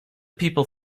people